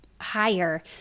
higher